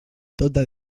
tota